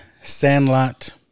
Sandlot